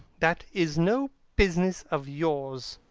that is no business of yours.